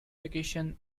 vacation